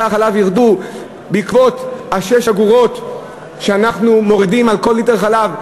החלב בעקבות 6 האגורות שאנחנו מורידים על כל ליטר חלב,